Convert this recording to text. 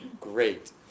great